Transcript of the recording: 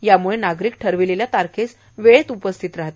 यामुळे नागरिक ठरविलेल्या तारखेस वेळेत उपस्थित राहतील